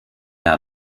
out